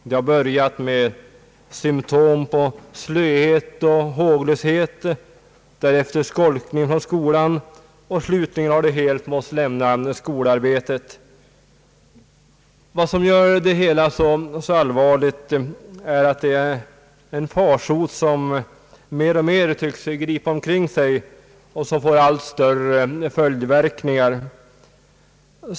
Det har börjat med sådana symptom som slöhet och håglöshet, det har fortsatt med skolkning från skolan, och slutligen har de helt måst lämna skolarbetet. Vad som gör det hela så allvarligt är att farsoten mer och mer tycks gripa omkring sig och få allt större följdverkningar.